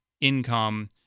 income